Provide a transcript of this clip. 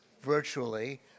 virtually